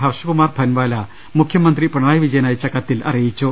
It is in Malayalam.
ഹർഷ്കുമാർ ഭൻവാല മുഖ്യമന്ത്രി പിണറായി വിജയനയച്ച കത്തിലറിയിച്ചു